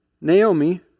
Naomi